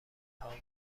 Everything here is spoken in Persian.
هام